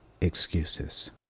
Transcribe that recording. excuses